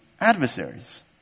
adversaries